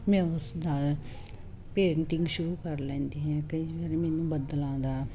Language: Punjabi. ਮੈਂ ਉਸਦਾ ਪੇਂਟਿੰਗ ਸ਼ੁਰੂ ਕਰ ਲੈਂਦੀ ਹੈ ਕਈ ਵਾਰ ਮੈਨੂੰ ਬੱਦਲਾਂ ਦਾ